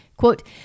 Quote